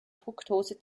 fruktose